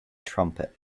trumpet